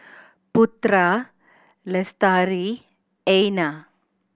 Putra Lestari Aina